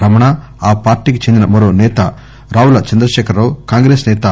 రమణ ఆ పార్టీకి చెందిన మరో సేత రావుల చంద్రశేఖర రావు కాంగ్రెస్ నేత వి